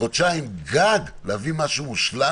חודשיים גג, להביא משהו מושלם יותר.